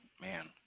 man